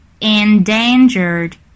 endangered